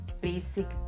basic